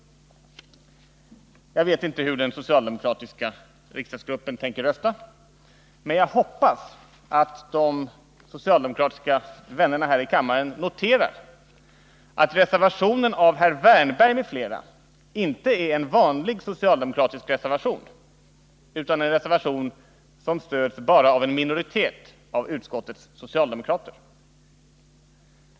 Jag vet inte hur den socialdemokratiska riksdagsgruppen tänker rösta, men jag hoppas att de socialdemokratiska vännerna här i kammaren noterar att reservationen av herr Wärnberg m.fl. inte är en vanlig socialdemokratisk reservation, utan en reservation som bara stöds av en minoritet av utskottets socialdemokrater.